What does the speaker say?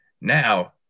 Now